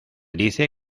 dice